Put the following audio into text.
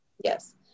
Yes